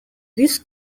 this